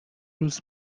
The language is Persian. روز